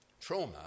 Trauma